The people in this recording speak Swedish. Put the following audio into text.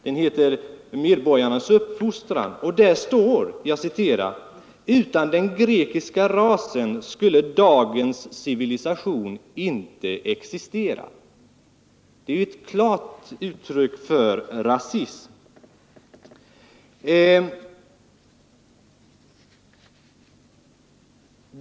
Den heter ”Medborgarnas uppfostran” och där står: ”Utan den grekiska rasen skulle dagens civilisation inte existera.” Det är ju ett klart uttryck för rasism.